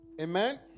Amen